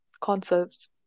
concepts